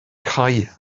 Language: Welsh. cau